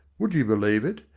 would you believe it,